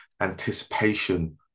anticipation